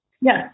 Yes